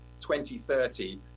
2030